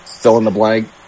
fill-in-the-blank